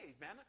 man